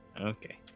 Okay